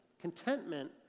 Contentment